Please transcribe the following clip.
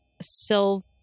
Silver